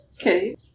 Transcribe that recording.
Okay